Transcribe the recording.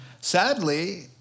sadly